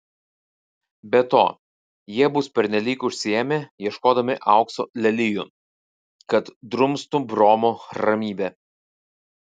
be to jie bus pernelyg užsiėmę ieškodami aukso lelijų kad drumstų bromo ramybę